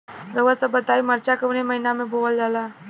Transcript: रउआ सभ बताई मरचा कवने महीना में बोवल जाला?